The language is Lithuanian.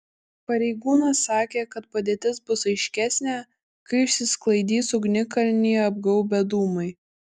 pareigūnas sakė kad padėtis bus aiškesnė kai išsisklaidys ugnikalnį apgaubę dūmai